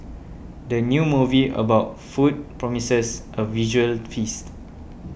the new movie about food promises a visual feast